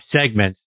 segments